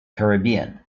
caribbean